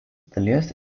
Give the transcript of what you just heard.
dalies